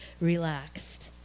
relaxed